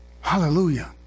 Hallelujah